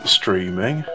streaming